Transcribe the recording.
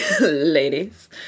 Ladies